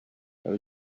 there